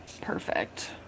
perfect